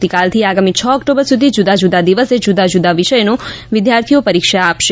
આવતીકાલથી આગામી છ ઓક્ટોબર સુધી જુદા જુદા દિવસે જુદા જુદા વિષયની વિદ્યાર્થીઓ પરીક્ષા આપશે